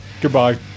goodbye